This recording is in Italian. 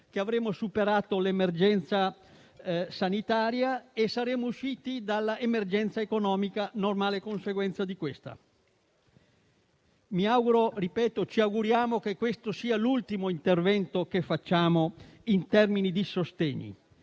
che avremo superato l'emergenza sanitaria e saremo usciti dall'emergenza economica, normale conseguenza della prima. Mi auguro e ci auguriamo che questo sia l'ultimo intervento che facciamo in termini di sostegni